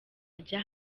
ajya